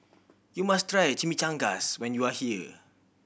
you must try Chimichangas when you are here